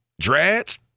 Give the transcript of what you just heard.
dreads